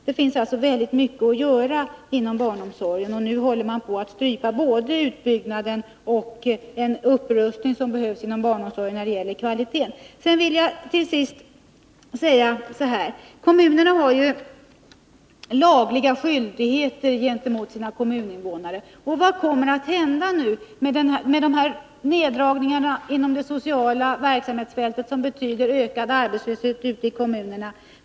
Det finns alltså väldigt mycket att göra inom barnomsorgen, och nu håller man på att strypa både utbyggnaden och den upprustning som behövs inom barnomsorgen när det gäller kvaliteten. Till sist vill jag säga följande: Kommunerna har lagliga skyldigheter gentemot sina kommuninnevånare. Vad kommer att hända med neddragningarna inom det sociala verksamhetsfältet, som betyder ökad arbetslöshet ute i kommunerna?